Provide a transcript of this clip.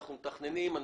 אנחנו מתכננים.